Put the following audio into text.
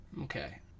okay